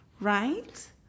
right